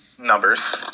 Numbers